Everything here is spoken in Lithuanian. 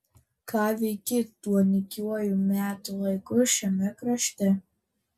ką veiki tuo nykiuoju metų laiku šiame karšte